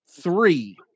three